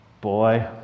boy